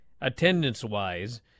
attendance-wise